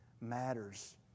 matters